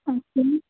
अच्छा